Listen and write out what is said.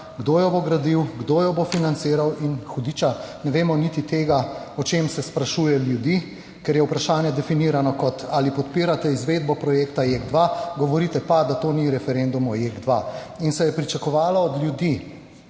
kdo jo bo gradil, kdo jo bo financiral in, hudiča, ne vemo niti tega, o čem se sprašuje ljudi, ker je vprašanje definirano kot, ali podpirate izvedbo projekta JEK2, govorite pa, da to ni referendum o JEK2 in se je pričakovalo od ljudi,